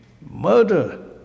murder